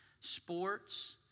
sports